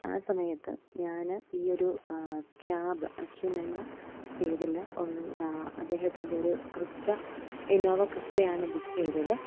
ആ സമയത്ത് ഞാന് ഈയൊരു ക്യാബ് അശ്വിനെന്ന പേരില് ആൾ അദ്ദേഹത്തിൻ്റെയൊരു ക്രിസ്റ്റ ഇന്നോവ ക്രിസ്റ്റയാണ് ബുക്ക് ചെയ്തത്